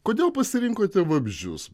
kodėl pasirinkote vabzdžius